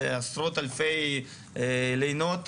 זה עשרות-אלפי לינות.